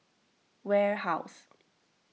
warehouse